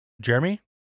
Jeremy